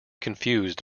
confused